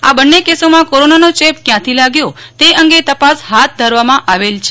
આ બંને કેસોમાં કોરોનાનોન ચેપ ક્યાંથી લાગ્યો તેની તપાસ હાથ ધરવામાં આવી છે